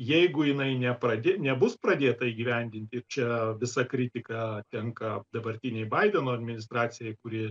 jeigu jinai nepradė nebus pradėta įgyvendinti čia visa kritika tenka dabartinei baideno administracijai kuri